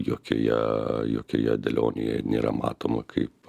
jokioje jokioje dėlionėje nėra matoma kaip